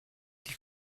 die